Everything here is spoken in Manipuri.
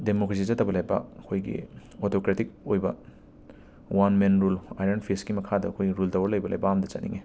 ꯗꯦꯃꯣꯀ꯭ꯔꯦꯁꯤ ꯆꯠꯇꯕ ꯂꯩꯄꯥꯛ ꯑꯩꯈꯣꯏꯒꯤ ꯑꯣꯇꯣꯀ꯭ꯔꯦꯇꯤꯛ ꯑꯣꯏꯕ ꯋꯥꯟ ꯃꯦꯟ ꯔꯨꯜ ꯑꯥꯏꯔꯟ ꯐꯤꯁꯀꯤ ꯃꯈꯥꯗ ꯑꯩꯈꯣꯏ ꯔꯨꯜ ꯇꯧꯔꯒ ꯂꯩꯕ ꯂꯩꯕꯥꯛ ꯑꯝꯗ ꯆꯠꯅꯤꯡꯉꯦ